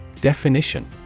Definition